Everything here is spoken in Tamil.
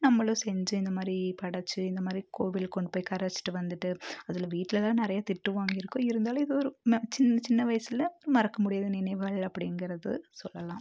நம்மளும் செஞ்சு இந்த மாதிரி படச்சு இந்த மாதிரி கோவில் கொண்டு போய் கரைச்சுட்டு வந்துட்டு அதில் வீட்டில் வேறே நிறைய திட்டு வாங்கிருக்கோம் இருந்தாலும் இது ஒரு மெ சின்ன சின்ன வயசில் மறக்க முடியாத நினைவுகள் அப்படிங்கறது சொல்லலாம்